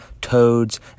toads